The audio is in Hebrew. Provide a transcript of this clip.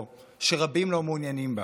או שרבים לא מעוניינים בה?